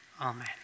Amen